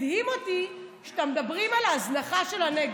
הדהים אותי שאתם מדברים על ההזנחה של הנגב.